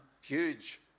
huge